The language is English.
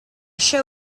show